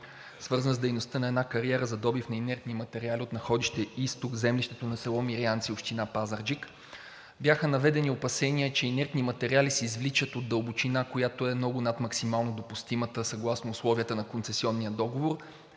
свързан с дейността на една кариера за добив на инертни материали от находище „Изток“ в землището на село Мирянци, община Пазарджик. Бяха наведени опасения, че инертни материали се извличат от дълбочина, която е много над максимално допустимата съгласно условията на концесионния договор.